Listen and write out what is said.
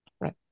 Right